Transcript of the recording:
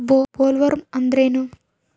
Bollworm ಅಂದ್ರೇನು?